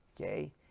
Okay